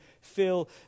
feel